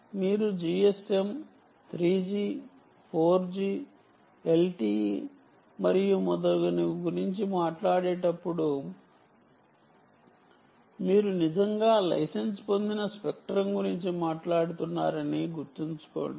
మీరు GSM 3G 4G LTE మరియు మొదలగునవి గురించి మాట్లాడేటప్పుడు మీరు నిజంగా లైసెన్స్ పొందిన స్పెక్ట్రం గురించి మాట్లాడుతున్నారని గుర్తుంచుకోండి